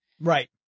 Right